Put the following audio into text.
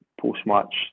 post-match